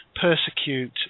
persecute